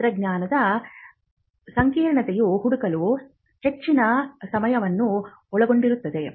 ತಂತ್ರಜ್ಞಾನದ ಸಂಕೀರ್ಣತೆಯು ಹುಡುಕಲು ಹೆಚ್ಚಿನ ಸಮಯವನ್ನು ಒಳಗೊಂಡಿರುತ್ತದೆ